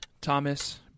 Thomas